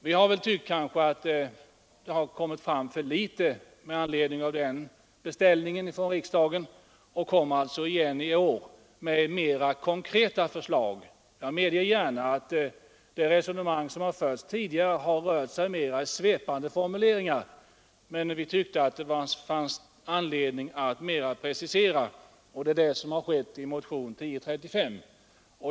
Vi har ansett att det har kommit fram för litet med anledning av den beställningen från riksdagen, och kom alltså igen i år med mera konkreta förslag. Det resonemang som har förts tidigare från alla håll har rört sig mera i svepande formuleringar, och vi har därför ansett det nödvändigt att precisera tankarna. Det är det som har gjorts i motionen 1035.